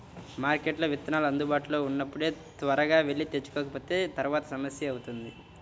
మార్కెట్లో విత్తనాలు అందుబాటులో ఉన్నప్పుడే త్వరగా వెళ్లి తెచ్చుకోకపోతే తర్వాత సమస్య అవుతుంది